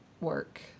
work